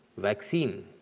Vaccine